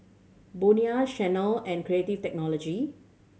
Bonia Chanel and Creative Technology